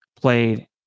played